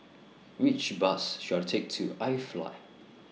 Which Bus should I Take to IFly